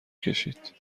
کشید